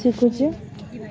ଶିଖୁଛି